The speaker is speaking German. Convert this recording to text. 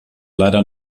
leider